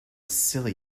silly